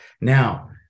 Now